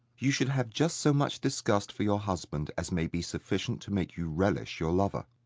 you should have just so much disgust for your husband as may be sufficient to make you relish your lover.